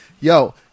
Yo